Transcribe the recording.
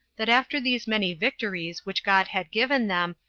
that after these many victories which god had given them,